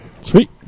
Sweet